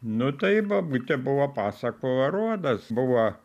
nu tai bobutė buvo pasakų aruodas buvo